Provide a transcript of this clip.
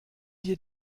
dir